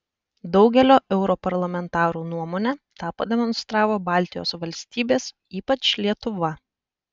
daugelio europarlamentarų nuomone tą pademonstravo baltijos valstybės ypač lietuva